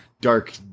dark